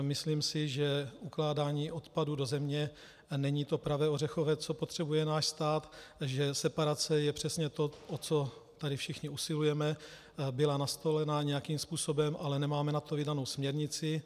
Myslím si, že ukládání odpadu do země není to pravé ořechové, co potřebuje náš stát, takže separace je přesně to, o co tady všichni usilujeme, byla nastolena nějakým způsobem, ale nemáme na to vydanou směrnici.